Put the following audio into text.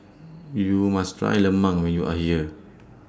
YOU must Try Lemang when YOU Are here